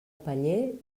paller